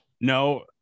no